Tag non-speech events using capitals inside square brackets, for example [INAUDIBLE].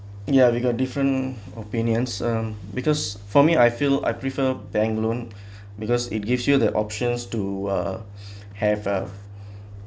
ya we got different opinions um because for me I feel I prefer bank loan [BREATH] because it gives you the options to uh [BREATH] have a